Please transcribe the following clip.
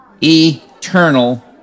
eternal